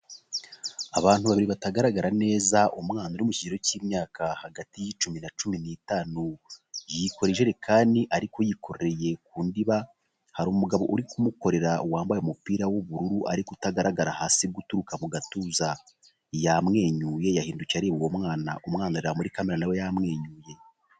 Abantu babiri batagaragara neza umwana uri mu kigero cy'imyaka hagati y'icumi na cumi n'itanu, yikoye injerekani ariko yikorereye mu ndiba. Hari umugabo uri kumukorera wambaye umupira w'ubururu ariko utagaragara hasi guturuka mu gatuza, yamwenyuye yahindukiye areba uwo mwana, umwana areba muri kamera na we yamwenyuye.